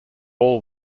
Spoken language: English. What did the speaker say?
all